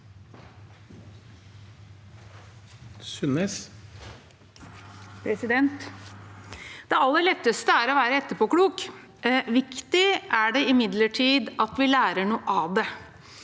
Det aller letteste er å være etterpåklok. Viktig er det imidlertid at vi lærer noe av det.